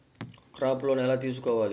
Crop loan ఎలా తీసుకోవాలి?